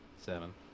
seven